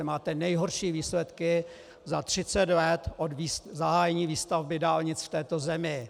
Máte nejhorší výsledky za 30 let od zahájení výstavby dálnic v této zemi.